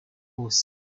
wose